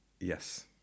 Yes